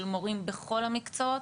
של מורים בכל המקצועות,